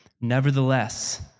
Nevertheless